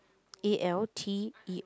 A L T E